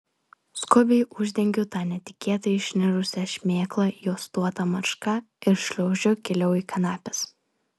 skubiai uždengiu tą netikėtai išnirusią šmėklą juostuota marška ir šliaužiu giliau į kanapes